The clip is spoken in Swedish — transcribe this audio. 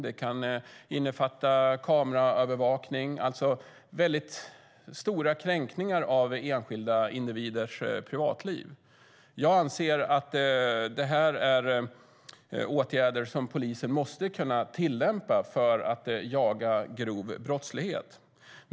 Det kan också innefatta kameraövervakning, alltså mycket stora kränkningar av enskilda individers privatliv. Jag anser att det är åtgärder som polisen måste kunna tillämpa för att kunna komma åt grov brottslighet.